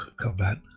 combat